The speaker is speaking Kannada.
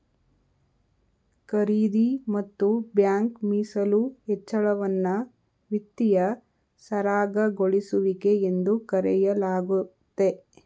ಖರೀದಿ ಮತ್ತು ಬ್ಯಾಂಕ್ ಮೀಸಲು ಹೆಚ್ಚಳವನ್ನ ವಿತ್ತೀಯ ಸರಾಗಗೊಳಿಸುವಿಕೆ ಎಂದು ಕರೆಯಲಾಗುತ್ತೆ